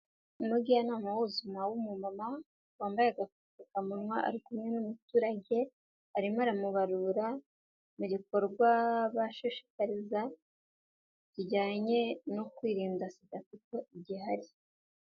Umujyanama w'ubuzima w'umumama wambaye agapfukamunwa ari kumwe n'umuturage, arimo aramubarura mu gikorwa bashishikariza kijyanye no kwirinda sida kuko igihari.